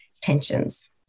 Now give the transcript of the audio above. tensions